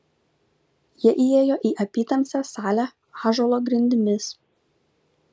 jie įėjo į apytamsę salę ąžuolo grindimis